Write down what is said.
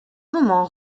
moment